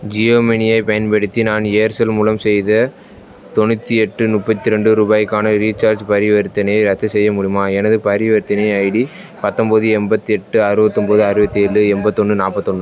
ஜியோமணியைப் பயன்படுத்தி நான் ஏர்செல் மூலம் செய்த தொண்ணூற்றி எட்டு முப்பத்தி ரெண்டு ரூபாய்க்கான ரீசார்ஜ் பரிவர்த்தனையை ரத்து செய்ய முடியுமா எனது பரிவர்த்தனை ஐடி பத்தம்பது எண்பத்தி எட்டு அறுவத்தொம்பது அறுபத்தேழு எண்பத்தொன்னு நாப்பத்தொன்று